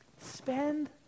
Spend